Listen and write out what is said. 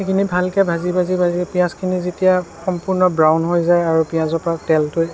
সেইখিনি ভালকে ভাজি ভাজি ভাজি পিয়াঁজখিনি যেতিয়া সম্পূৰ্ণ ব্ৰাউন হৈ যায় আৰু পিয়াজৰ পৰা তেলটো